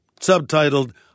subtitled